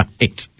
right